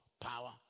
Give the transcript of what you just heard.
Power